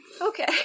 Okay